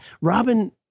Robin